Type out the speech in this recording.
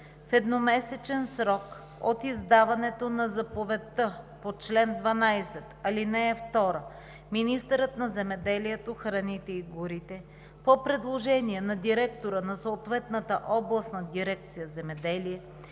В едномесечен срок от издаването на заповедта по чл. 12, ал. 2 министърът на земеделието, храните и горите по предложение на директора на съответната областна дирекция „Земеделие“